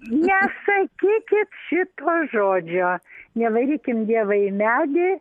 nesakykit šito žodžio nevarykim dievo į medį